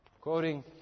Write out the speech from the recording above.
Quoting